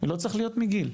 לא צריך להיות מגיל,